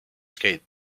skate